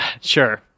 Sure